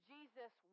Jesus